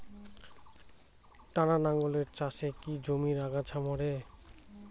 টানা লাঙ্গলের চাষে কি জমির আগাছা মরে?